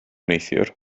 neithiwr